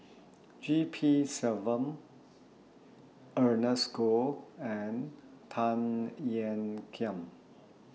G P Selvam Ernest Goh and Tan Ean Kiam